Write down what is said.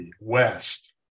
west